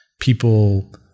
people